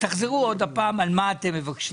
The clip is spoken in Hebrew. תחזרו עוד פעם על מה אתם מבקשים.